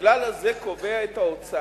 הכלל הזה קובע את ההוצאה